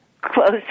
close